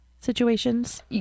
situations